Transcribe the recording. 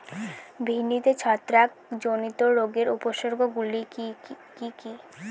ভিন্ডিতে ছত্রাক জনিত রোগের উপসর্গ গুলি কি কী?